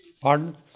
Pardon